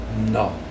no